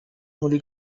muri